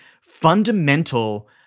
fundamental